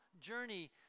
journey